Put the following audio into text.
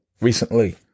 Recently